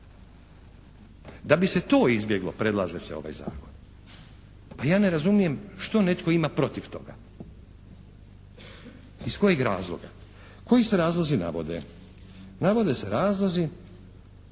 Da bi se to izbjeglo predlaže se ovaj zakon. Pa ja ne razumijem što netko ima protiv toga, iz kojih razloga. Koji se razlozi navode? Navode se razlozi